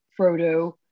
Frodo